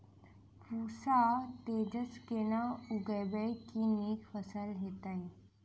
पूसा तेजस केना उगैबे की नीक फसल हेतइ?